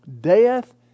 Death